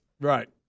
Right